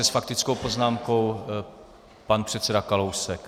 S faktickou poznámkou pan předseda Kalousek.